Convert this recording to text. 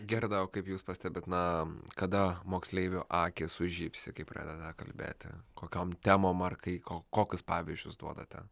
gerda o kaip jūs pastebit na kada moksleivių akys sužybsi kai pradeda kalbėti kokiom temom ar kai ko kokius pavyzdžius duodate